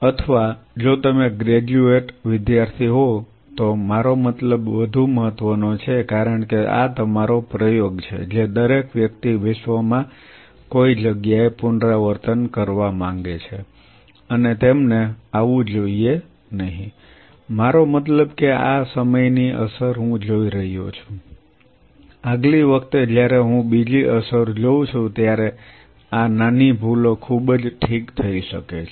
આ અથવા જો તમે ગ્રેજ્યુએટ વિદ્યાર્થી હોવ તો મારો મતલબ વધુ મહત્વનો છે કારણ કે આ તમારો પ્રયોગ છે જે દરેક વ્યક્તિ વિશ્વમાં કોઈ જગ્યાએ પુનરાવર્તન કરવા માંગે છે અને તેમને આવવું જોઈએ નહીં મારો મતલબ કે આ સમયની અસર હું જોઈ રહ્યો છું આગલી વખતે જ્યારે હું બીજી અસર જોઉં છું ત્યારે આ નાની ભૂલો ખૂબ જ ઠીક થઈ શકે છે